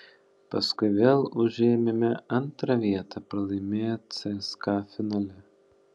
paskui vėl užėmėme antrą vietą pralaimėję cska finale